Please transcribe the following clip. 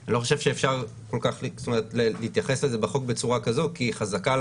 אני לא חושב שאפשר להתייחס לזה בחוק בצורה כזאת כי חזקה על